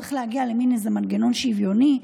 צריך להגיע למין מנגנון שוויוני,